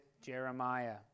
Jeremiah